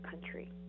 country